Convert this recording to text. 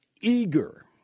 eager